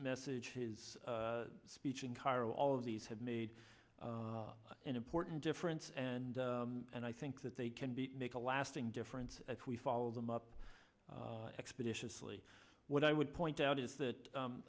message his speech in cairo all of these have made an important difference and and i think that they can be make a lasting difference if we follow them up expeditiously what i would point out is that